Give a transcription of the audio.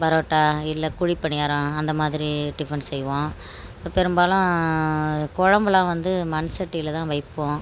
பரோட்டா இல்லை குழிப்பணியாரம் அந்த மாதிரி டிஃபன் செய்வோம் பெரும்பாலும் குழம்புலாம் வந்து மண்சட்டியில் தான் வைப்போம்